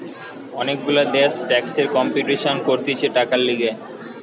অনেক গুলা দেশ ট্যাক্সের কম্পিটিশান করতিছে টাকার লিগে